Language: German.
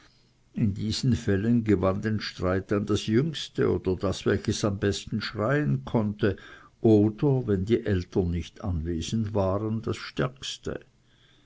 in diesen fällen gewann den streit dann das jüngste oder das welches am besten schreien konnte oder wenn die eltern nicht anwesend waren das stärkste